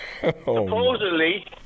supposedly